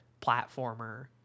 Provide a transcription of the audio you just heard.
platformer